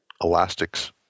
Elastic's